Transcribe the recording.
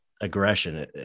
aggression